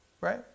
right